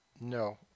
No